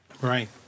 Right